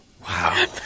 Wow